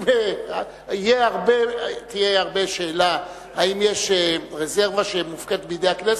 תהיה שאלה, האם יש רזרבה שמופקדת בידי הכנסת.